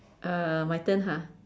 uh my turn ha